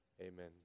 Amen